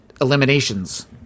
eliminations